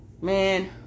Man